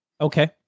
Okay